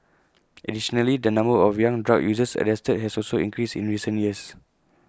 additionally the number of young drug users arrested has also increased in recent years